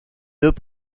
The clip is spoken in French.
deux